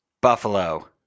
Buffalo